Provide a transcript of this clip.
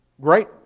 great